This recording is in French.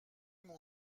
mon